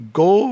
go